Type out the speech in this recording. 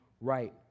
right